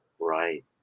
Right